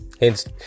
hence